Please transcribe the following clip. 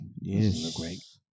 Yes